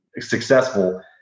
successful